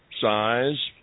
size